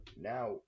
now